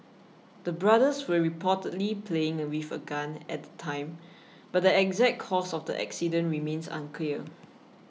the brothers were reportedly playing with a gun at the time but the exact cause of the accident remains unclear